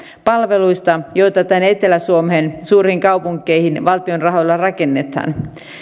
palveluista joita tänne etelä suomeen suuriin kaupunkeihin valtion rahoilla rakennetaan